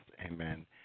Amen